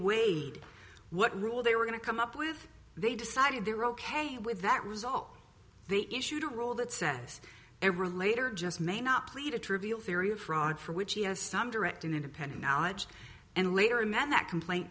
weighed what rule they were going to come up with they decided they're ok with that result they issued a rule that says they were later just may not plead a trivial theory of fraud for which he has some direct and independent knowledge and later a man that complaint